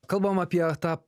kalbam apie tą